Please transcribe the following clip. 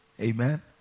amen